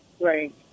Right